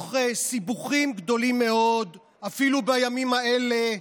תוך סיבוכים גדולים מאוד, אפילו בימים האלה,